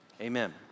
Amen